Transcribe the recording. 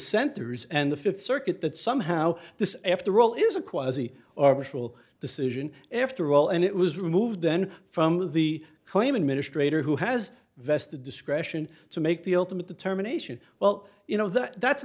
senters and the fifth circuit that somehow this after all is a quasi or partial decision after all and it was removed then from the claim administrator who has vested discretion to make the ultimate determination well you know that